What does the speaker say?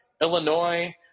Illinois